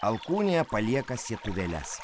alkūnėje palieka sietuvėles